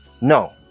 No